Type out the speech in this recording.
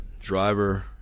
driver